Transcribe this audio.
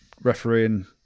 refereeing